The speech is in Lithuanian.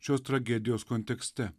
šios tragedijos kontekste